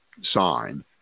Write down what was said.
sign